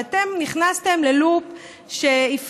אבל אתם נכנסתם ללופ שהפעילו,